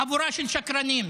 חבורה של שקרנים.